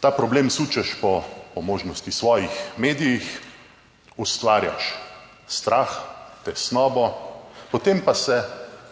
Ta problem sučeš po možnosti svojih medijih, ustvarjaš strah, tesnobo, potem pa se